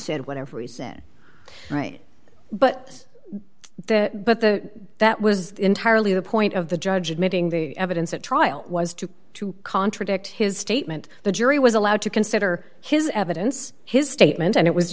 said what every set right but the but the that was entirely the point of the judge admitting the evidence at trial was to to contradict his statement the jury was allowed to consider his evidence his statement and it was